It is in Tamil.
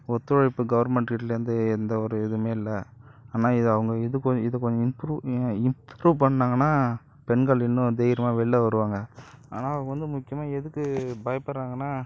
ஒத்துழைப்பு கவர்மெண்ட் கிட்டேலேந்து எந்த ஒரு இதுவுமே இல்லை ஆனால் இது அவங்க இது கொ இது கொஞ்சம் இம்ப்ரூ இம்ப்ரூ பண்ணாங்கன்னா பெண்கள் இன்னும் தைரியமாக வெளில வருவாங்க ஆனால் அவங்க வந்து முக்கியமாக எதுக்கு பயப்புட்றாங்கன்னா